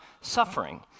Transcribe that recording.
suffering